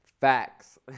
Facts